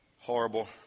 horrible